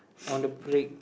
on the brick